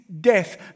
death